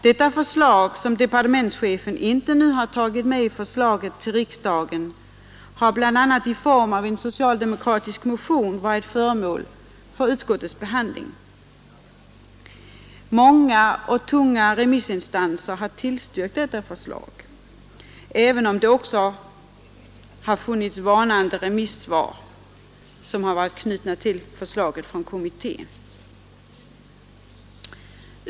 Detta förslag, som departementschefen inte nu tagit med i propositionen, har bl.a. i form av en socialdemokratisk motion varit föremål för utskottets behandling. Många och tunga remissinstanser tillstyrker detta förslag, även om det också har funnits varnande remissvar, som varit knutna till förslaget från kommittén.